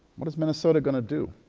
what is minnesota going to do?